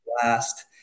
blast